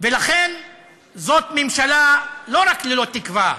ולכן זאת ממשלה לא רק ללא תקווה,